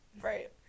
Right